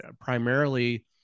Primarily